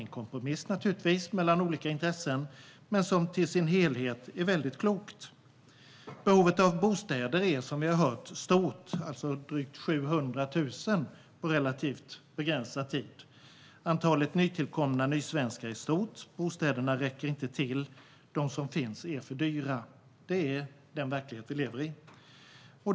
Givetvis är det en kompromiss mellan olika intressen, men till sin helhet är det klokt. Som vi har hört är behovet av bostäder stort. Det behövs drygt 700 000 bostäder på relativt begränsad tid. Antalet nytillkomna nysvenskar är stort. Bostäderna räcker inte till, och de som finns är för dyra. Det är den verklighet vi lever i.